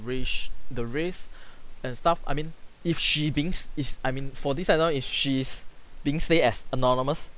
rich the race and stuff I mean if she beings is I mean for this that I know is she is being stay as anonymous